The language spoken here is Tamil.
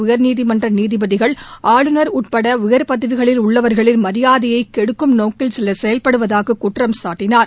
உயர்நீதிமன்ற நீதிபதிகள் ஆளுநர் உட்பட உயர் பதவிகளில் உள்ளவர்களின் மரியாதையை கெடுக்கும் நோக்கில் சிலர் செயல்படுவதாகக் குற்றம்சாட்டினார்